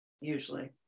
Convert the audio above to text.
usually